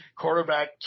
quarterback